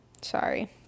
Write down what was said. Sorry